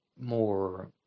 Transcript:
more